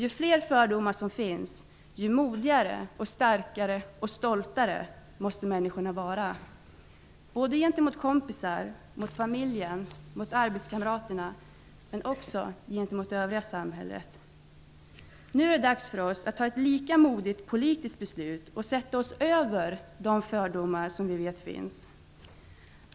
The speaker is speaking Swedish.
Ju fler fördomar som finns, desto modigare, starkare och stoltare måste människor vara gentemot kompisar, familjen, arbetskamraterna, men också gentemot övriga samhället. Nu är det dags för oss att fatta ett lika modigt politiskt beslut och sätta oss över de fördomar som vi vet finns.